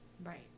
Right